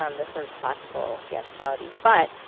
um the sort of classical theatricality but